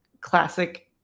classic